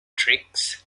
tricks